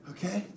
Okay